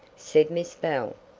said miss bell,